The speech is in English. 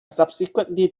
subsequently